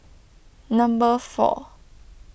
number four